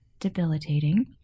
debilitating